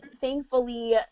thankfully